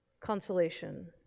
Consolation